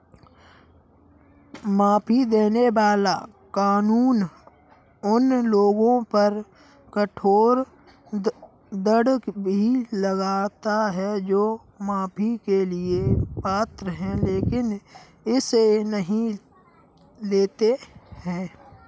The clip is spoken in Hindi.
माफी देने वाला कानून उन लोगों पर कठोर दंड भी लगाता है जो माफी के लिए पात्र हैं लेकिन इसे नहीं लेते हैं